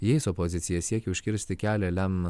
jais opozicija siekia užkirsti kelią lem